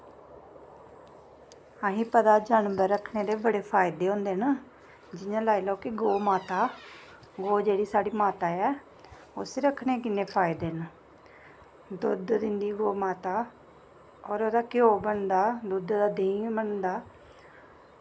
असें गी पता ऐ जानवर रखने दे बड़े फायदे होंदे न जि'यां लाई लैओ कि गौऽ माता गौऽ जेह्ड़ी साढ़ी माता ऐ उसी रखने दे कि'न्ने फायदे न दुद्ध दिंदी गौऽ माता होर ओह्दा घ्योऽ बनदा दुद्धै दा देंही बनदा